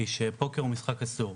הוא שפוקר הוא משחק אסור.